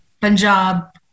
Punjab